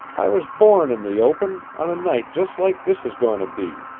i was born in the open, on a night just like this is going to be.